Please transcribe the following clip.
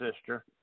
sister